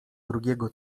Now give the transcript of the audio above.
drugiego